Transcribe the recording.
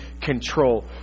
control